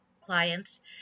clients